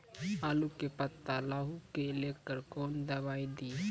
आलू के पत्ता लाही के लेकर कौन दवाई दी?